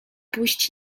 pójść